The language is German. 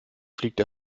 fliegt